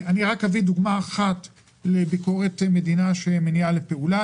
אני רק אביא דוגמה אחת לביקורת מדינה שמניעה לפעולה.